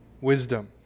wisdom